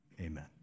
Amen